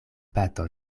baton